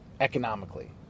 economically